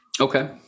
Okay